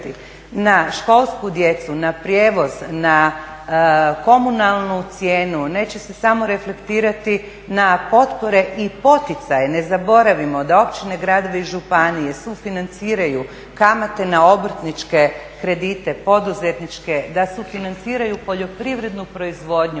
na školsku djecu, na prijevoz, na komunalnu cijenu, neće se samo reflektirati na potpore i poticaje. Ne zaboravimo da općine, gradovi i županije sufinanciraju kamate na obrtničke kredite, poduzetničke, da sufinanciraju poljoprivrednu proizvodnju,